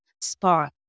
spark